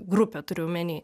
grupė turiu omeny